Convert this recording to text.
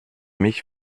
mich